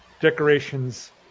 decorations